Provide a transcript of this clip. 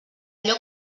allò